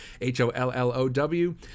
h-o-l-l-o-w